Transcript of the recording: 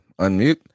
unmute